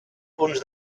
punts